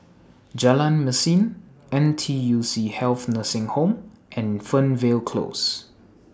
Jalan Mesin N T U C Health Nursing Home and Fernvale Close